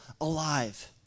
alive